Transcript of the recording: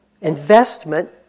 investment